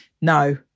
No